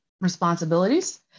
responsibilities